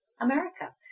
America